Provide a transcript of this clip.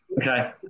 Okay